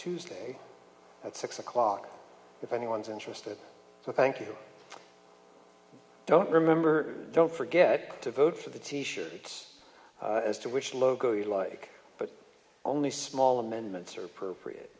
tuesday at six o'clock if anyone's interested so thank you i don't remember don't forget to vote for the t shirts as to which logo you like but only small amendments are appropriate